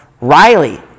Riley